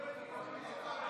איפה הקואליציה.